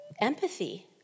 empathy